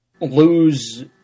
lose